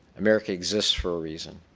america exists for a reason.